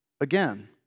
again